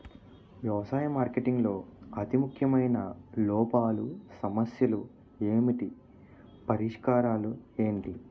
వ్యవసాయ మార్కెటింగ్ లో అతి ముఖ్యమైన లోపాలు సమస్యలు ఏమిటి పరిష్కారాలు ఏంటి?